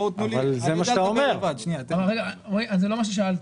בואו תנו לי שנייה --- רגע זה לא מה ששאלתי,